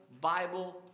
Bible